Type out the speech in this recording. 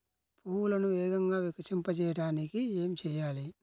పువ్వులను వేగంగా వికసింపచేయటానికి ఏమి చేయాలి?